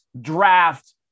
draft